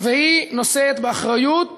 היא נושאת באחריות